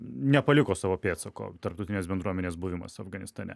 nepaliko savo pėdsako tarptautinės bendruomenės buvimas afganistane